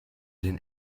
den